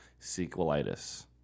sequelitis